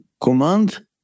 command